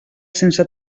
sense